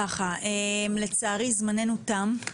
לצערי זמננו תם.